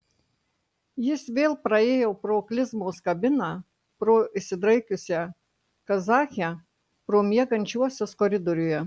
jis vėl praėjo pro klizmos kabiną pro išsidraikiusią kazachę pro miegančiuosius koridoriuje